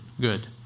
Good